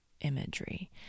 imagery